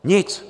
Nic!